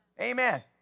Amen